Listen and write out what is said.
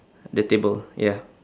the table ya